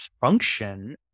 function